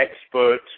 expert